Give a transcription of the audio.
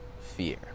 fear